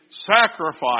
sacrifice